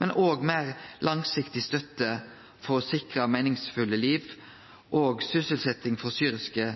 og òg for meir langsiktig støtte for å sikre meiningsfulle liv og sysselsetjing for syriske